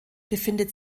befindet